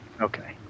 okay